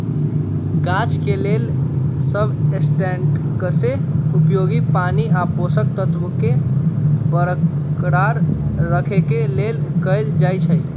गाछ के लेल सबस्ट्रेट्सके उपयोग पानी आ पोषक तत्वोंके बरकरार रखेके लेल कएल जाइ छइ